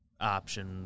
option